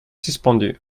suspendue